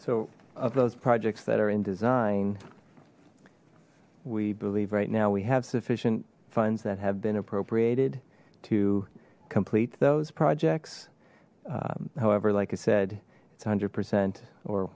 so of those projects that are in design we believe right now we have sufficient funds that have been appropriated to complete those projects however like i said it's a hundred percent or